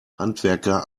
handwerker